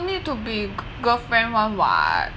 don't need to be girlfriend [one] [what]